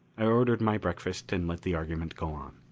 i ordered my breakfast and let the argument go on.